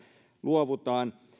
luovutaan